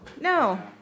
No